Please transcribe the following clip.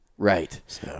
Right